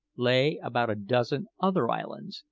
lay about a dozen other islands,